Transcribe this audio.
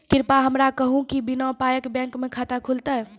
कृपया हमरा कहू कि बिना पायक बैंक मे खाता खुलतै?